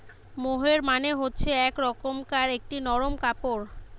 মোহের মানে হচ্ছে এক রকমকার একটি নরম কাপড়